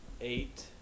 eight